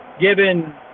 given